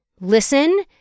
listen